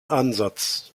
ansatz